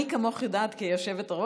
מי כמוך יודעת כיושבת-ראש,